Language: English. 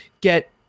get